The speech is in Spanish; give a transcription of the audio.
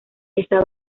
esta